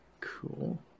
Cool